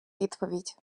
відповідь